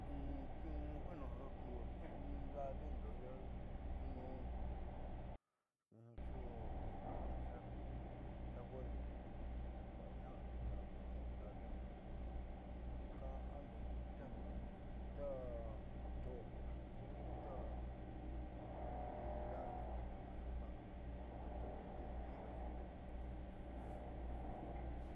niu'u ndaavindo iia ku ñuundo tiuku xuxita huelundo tiuku ni daakuña'ade la'a ku niu'udaarindo ka'ando ndi'i taja to'o tiuku tadaando'o kuuka'ando ko atekuniunixi vitnaa.